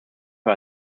für